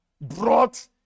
brought